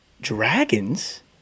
Dragons